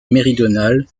méridionale